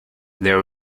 there